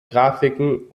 grafiken